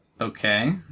Okay